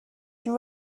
you